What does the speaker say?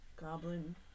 goblin